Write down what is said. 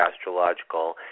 astrological